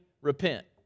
repent